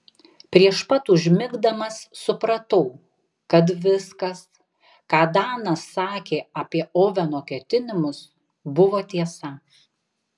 prieš pat užmigdamas supratau kad viskas ką danas sakė apie oveno ketinimus buvo tiesa